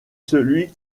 celui